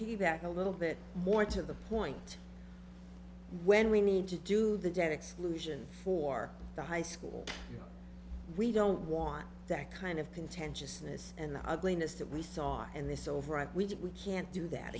p that a little bit more to the point when we need to do the dead exclusion for the high school we don't want that kind of contentiousness and the ugliness that we saw and this over right we didn't we can't do that